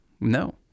No